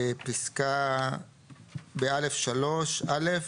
ב-(א)(3) (א),